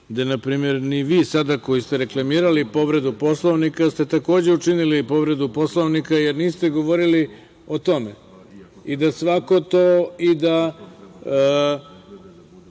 ste, na primer, i vi sada koji ste reklamirali povredu Poslovnika takođe učinili povredu Poslovnika, jer niste govorili o tome. Imajući u vidu